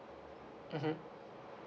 mmhmm